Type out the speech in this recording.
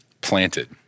planted